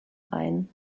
ein